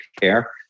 care